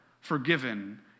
forgiven